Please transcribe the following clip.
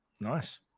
Nice